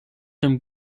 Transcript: dem